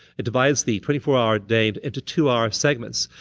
it divides the twenty four hour day into two-hour segments.